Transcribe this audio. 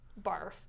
barf